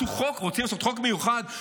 רוצים לעשות חוק מיוחד,